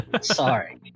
Sorry